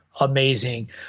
Amazing